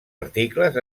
articles